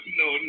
no